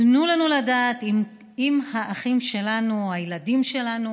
תנו לנו לדעת אם האחים שלנו או הילדים שלנו,